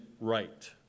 right